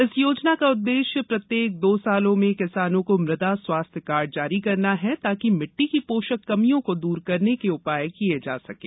इस योजना का उद्देश्य प्रत्येक दो सालों में किसानों को मृदा स्वास्थ्य कार्ड जारी करना है ताकि मिट्टी की पोषक कमियों को दूर करने के उपाय किये जा सकें